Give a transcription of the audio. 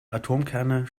atomkerne